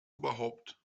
überhaupt